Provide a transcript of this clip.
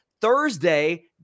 Thursday